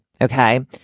okay